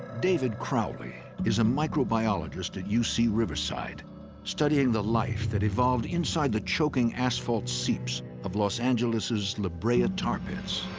david crowley is a microbiologist at u c. riverside studying the life that evolved inside the choking asphalt seeps of los angeles' la brea ah tar pits.